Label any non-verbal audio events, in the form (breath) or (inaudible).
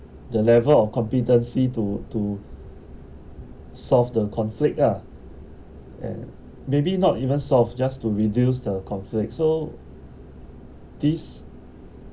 (breath) the level of competency to to solve the conflict ah and maybe not even solve just to reduce the conflict so this